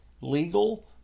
legal